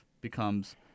becomes